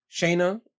Shayna